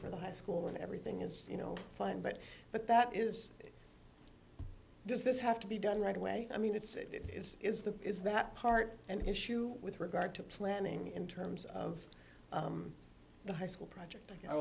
for the high school and everything is you know fine but but that is does this have to be done right away i mean it's it is is the is that part and issue with regard to planning in terms of the high school project